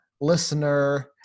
listener